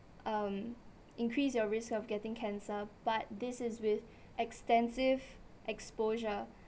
um increase your risk of getting cancer but this is with extensive exposure